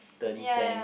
thirty cent